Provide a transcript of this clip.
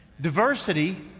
Diversity